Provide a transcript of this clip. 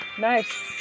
Nice